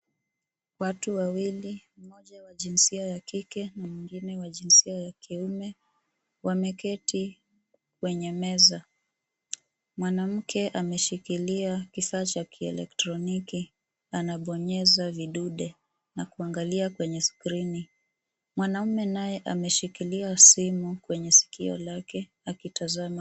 Watu wawili, mmoja wa jinsia ya kike na mwingine wa jinsia ya kiume wameketi kwenye meza. Mwanamke ameshikilia kifaa cha kielektroniki na anabonyeza vidude na kuangalia kwenye skrini. Mwanamume naye ameshikilia simu kwenye sikio lake akitazama.